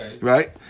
right